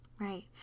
Right